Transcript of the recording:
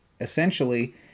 essentially